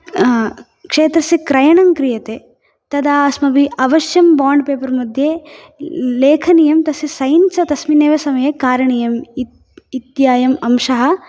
क्षेत्रस्य क्रयणं क्रियते तदा अस्माभिः अवश्यं बोण्ड् पेपर् मध्ये लेखनीयं तस्य सैन् च तस्मिन् एव समये कारणीयम् इत् इत्ययम् अंशः